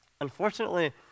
Unfortunately